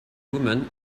women